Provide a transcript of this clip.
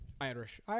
Irish